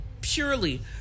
purely